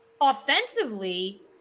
offensively